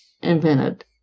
invented